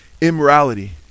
Immorality